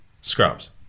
Scrubs